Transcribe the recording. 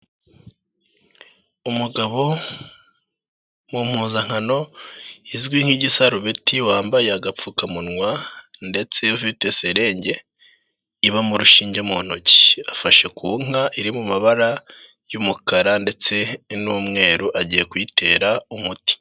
Umugabo mu mpuzankano izwi nk'igisarubeti wambaye agapfukamunwa ndetse ufite serenge ibamo urushinge mu ntoki, afashe ku nka iri mu mabara y'umukara ndetse n'umweru agiye kuyitera umuti.